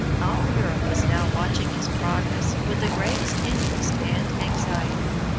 all europe was now watching his progress with the greatest interest and anxiety.